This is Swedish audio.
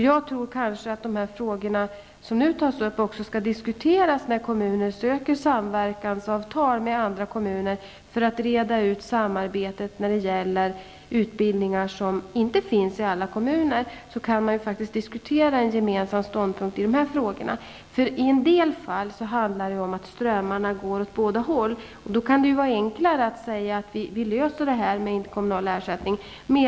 Jag tycker att de frågor som nu tas upp skall diskuteras när kommuner söker samverkansavtal med andra kommuner för att reda ut samarbetet om utbildningar som inte finns i alla kommuner. Man kan då försöka komma fram till en gemensam ståndpunkt i dessa frågor. I en del fall handlar det om att strömmarna går åt båda hållen. Då kan det vara enklare att lösa situationen med interkommunal ersättning.